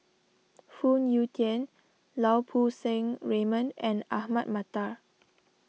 Phoon Yew Tien Lau Poo Seng Raymond and Ahmad Mattar